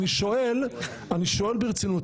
אני שואל ברצינות,